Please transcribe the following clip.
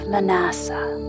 Manasseh